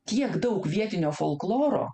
tiek daug vietinio folkloro